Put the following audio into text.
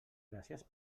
gràcies